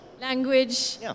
language